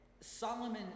Solomon